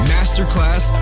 Masterclass